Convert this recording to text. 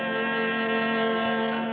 and